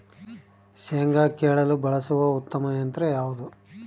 ಶೇಂಗಾ ಕೇಳಲು ಬಳಸುವ ಉತ್ತಮ ಯಂತ್ರ ಯಾವುದು?